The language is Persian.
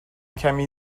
کمی